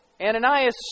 Ananias